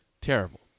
Terrible